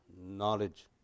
knowledge